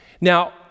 Now